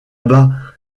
bas